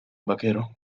vaquero